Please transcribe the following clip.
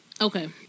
Okay